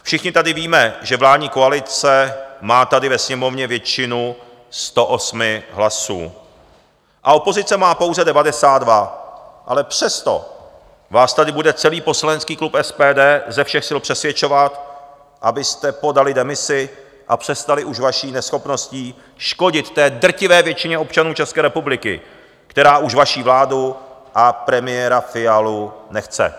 Všichni tady víme, že vládní koalice má tady ve Sněmovně většinu 108 hlasů a opozice má pouze 92, ale přesto vás tady bude celý poslanecký klub SPD ze všech sil přesvědčovat, abyste podali demisi a přestali už vaší neschopností škodit drtivé většině občanů České republiky, která už vaši vládu a premiéra Fialu nechce.